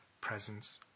Presence